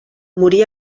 morí